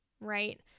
right